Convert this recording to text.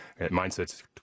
Mindset's